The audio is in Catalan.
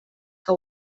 que